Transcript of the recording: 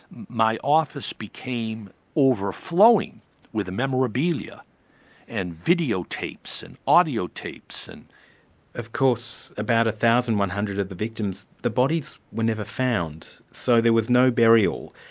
my office became overflowing with memorabilia and videotapes and audio tapes. and of course about one thousand one hundred of the victims, the bodies were never found, so there was no burial.